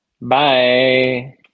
Bye